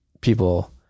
people